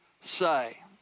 say